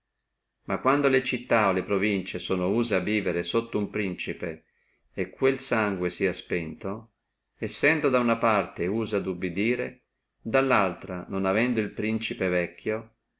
ma quando le città o le provincie sono use a vivere sotto uno principe e quel sangue sia spento sendo da uno canto usi ad obedire dallaltro non avendo el principe vecchio